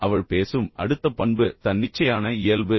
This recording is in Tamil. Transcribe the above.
அவள் பேசும் அடுத்த பண்பு தன்னிச்சையான இயல்பு